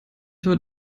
heute